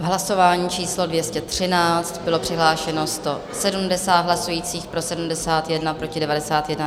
Hlasování číslo 213, přihlášeno 170 hlasujících, pro 71, proti 91.